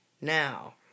Now